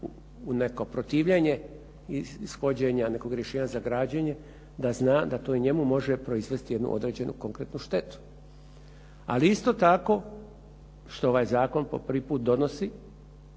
u neko protivljenje ishođenja nekog rješenja za građenje da zna da to i njemu može proizvesti jednu određenu konkretnu štetu. Ali isto tako što ovaj zakon po prvi put donosi